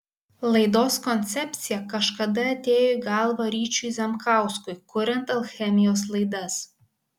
laidos koncepcija kažkada atėjo į galvą ryčiui zemkauskui kuriant alchemijos laidas